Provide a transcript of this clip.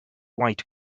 white